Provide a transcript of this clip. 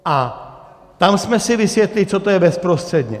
A tam jsme si vysvětlili, co to je bezprostředně.